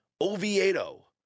Oviedo